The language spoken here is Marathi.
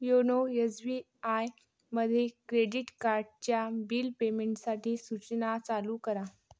योनो यजविआयमध्ये क्रेडीट काडच्या बिल पेमेंटसाठी सूचना चालू करा